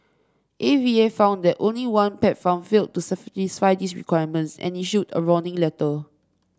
A V A found that only one pet farm failed to satisfy these requirements and issued a warning letter